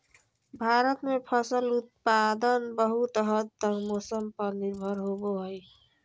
भारत में फसल उत्पादन बहुत हद तक मौसम पर निर्भर होबो हइ